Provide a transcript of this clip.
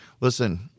listen